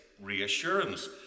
reassurance